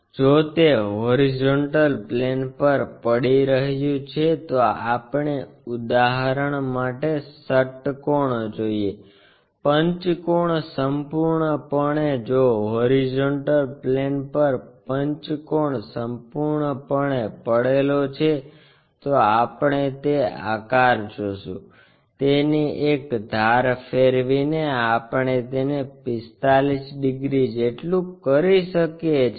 જો તે horizontal plane પર પડી રહ્યું છે તો આપણે ઉદાહરણ માટે ષટ્કોણ જોઇએ પંચકોણ સંપૂર્ણપણે જો હોરીઝોન્ટલ પ્લેન પર પંચકોણ સંપૂર્ણપણે પડેલો છે તો આપણે તે આકાર જોશું તેની એક ધાર ફેરવીને આપણે તેને 45 ડિગ્રી જેટલું કરી શકીએ છીએ